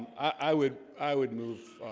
i would i would move